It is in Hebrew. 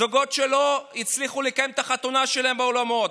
זוגות שלא הצליחו לקיים את החתונה שלהם באולמות,